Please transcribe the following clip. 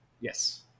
Yes